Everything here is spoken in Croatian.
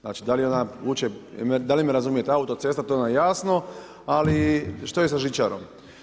Znači da li me razumijete, autocesta to nam je jasno, ali što je sa žičarom?